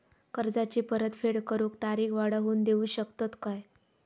कर्जाची परत फेड करूक तारीख वाढवून देऊ शकतत काय?